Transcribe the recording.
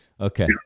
Okay